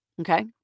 okay